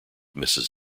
mrs